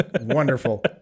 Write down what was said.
wonderful